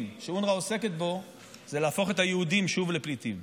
שאונר"א עוסקת בו זה להפוך את היהודים שוב לפליטים.